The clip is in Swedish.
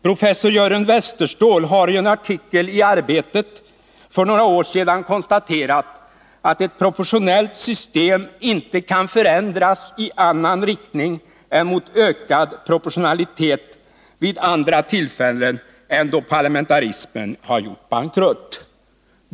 Professor Jörgen Westerståhl har i en artikel i Arbetet för några år sedan konstaterat att ett proportionellt system inte kan förändras i annan riktning än mot ökad proportionalitet vid andra tillfällen än då parlamentarismen har gjort bankrutt.